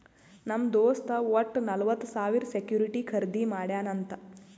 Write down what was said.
ನಮ್ ದೋಸ್ತ್ ವಟ್ಟ ನಲ್ವತ್ ಸಾವಿರ ಸೆಕ್ಯೂರಿಟಿ ಖರ್ದಿ ಮಾಡ್ಯಾನ್ ಅಂತ್